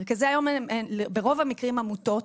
מרכזי היום ברוב המקרים עמותות